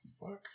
fuck